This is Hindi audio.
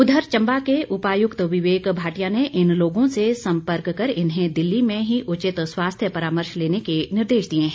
उधर चम्बा के उपायुक्त विवेक भाटिया ने इन लोगों से संपर्क कर इन्हें दिल्ली में ही उचित स्वास्थ्य परामर्श लेने के निर्देश दिए हैं